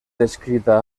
descrita